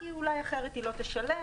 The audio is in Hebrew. כי אולי אחרת היא לא תשלם.